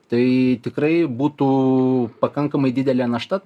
tai tikrai būtų pakankamai didelė našta